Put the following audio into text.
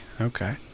Okay